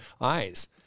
eyes